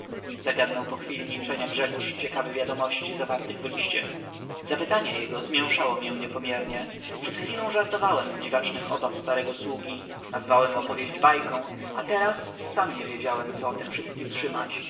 zagadnął po chwili milczenia grzegórz ciekawy wiadomości zawartych w liście zapytanie jego zmięszało mię niepomiernie przed chwilą żartowałem z dziwacznych obaw starego sługi nazwałem opowieść bajką a teraz sam nie wiedziałem co o wszystkiem trzymać